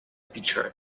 picture